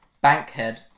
Bankhead